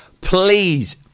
please